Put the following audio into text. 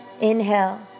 Inhale